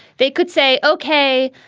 they could say, okay,